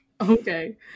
Okay